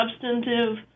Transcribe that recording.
substantive